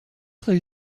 some